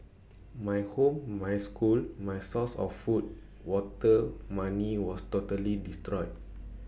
my home my school my source of food water money was totally destroyed